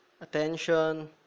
attention